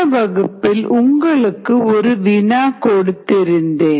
போன வகுப்பில் உங்களுக்கு ஒரு வினா கொடுத்திருந்தேன்